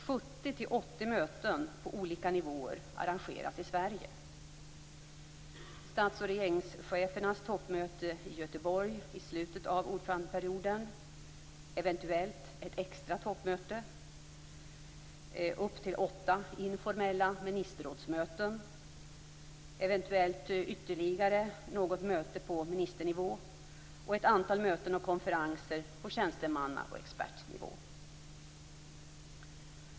70 80 möten på olika nivåer arrangeras i Sverige - statsoch regeringschefernas toppmöte i Göteborg i slutet av ordförandeperioden, eventuellt ett extra toppmöte, upp till åtta informella ministerrådsmöten, eventuellt ytterligare något möte på ministernivå och ett antal möten och konferenser på tjänstemanna och expertnivå.